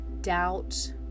doubt